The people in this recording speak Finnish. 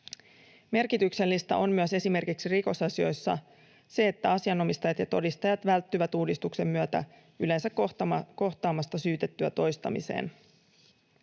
Merkityksellistä on myös esimerkiksi rikosasioissa se, että asianomistajat ja todistajat välttyvät uudistuksen myötä yleensä kohtaamasta syytettyä toistamiseen.